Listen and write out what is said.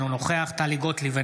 אינו נוכח טלי גוטליב,